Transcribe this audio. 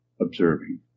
observing